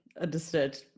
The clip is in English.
understood